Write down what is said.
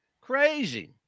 crazy